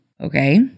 Okay